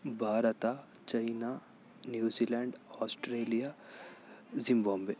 Bharat China New Zealand Australia Zimbabwe